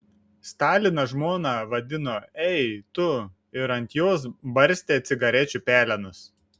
stalinas žmoną vadino ei tu ir ant jos barstė cigarečių pelenus